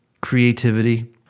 creativity